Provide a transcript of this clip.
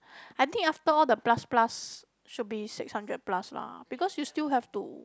I think after all the plus plus should be six hundred plus lah because you still have to